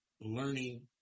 learning